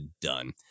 done